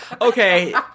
Okay